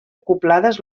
acoblades